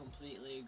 completely